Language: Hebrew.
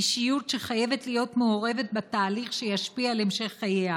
אישיות שחייבת להיות מעורבת בתהליך שישפיע על המשך חייה,